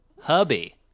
hubby